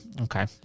Okay